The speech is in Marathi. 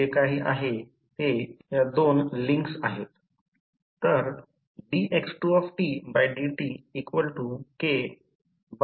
जे काही केले त्या ऑटो ट्रान्सफॉर्मर चा सिद्धांत फक्त पहा